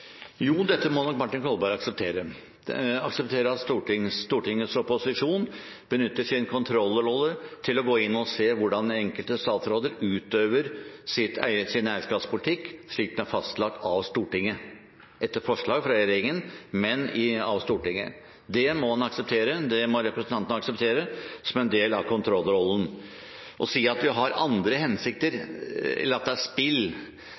Jo, dette må nok Martin Kolberg akseptere – akseptere at Stortingets opposisjon utøver sin kontrollrolle ved å gå inn for å se hvordan enkelte statsråder utøver eierskapspolitikken, slik den er fastlagt av Stortinget – etter forslag fra regjeringen, men av Stortinget. Det må representanten Kolberg akseptere som en del av kontrollrollen. Å si at vi har andre hensikter eller at det er et spill,